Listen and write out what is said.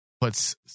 puts